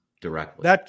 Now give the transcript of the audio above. directly